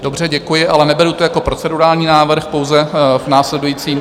Dobře, děkuji, ale neberu to jako procedurální návrh, pouze následující.